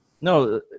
no